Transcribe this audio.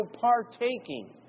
partaking